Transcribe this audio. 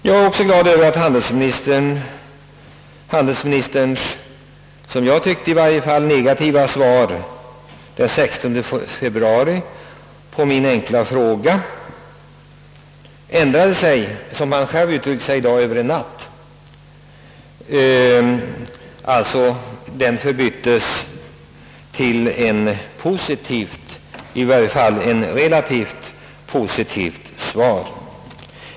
Jag är också glad över att handelsministerns som jag tyckte negativa svar på min enkla fråga den 16 februari, ändrade sig över en natt och förbyttes till ett relativt positivt besked.